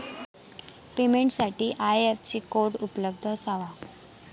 पेमेंटसाठी IFSC code उपलब्ध असावा